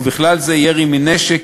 ובכלל זה ירי מנשק,